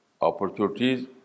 opportunities